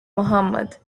muhammad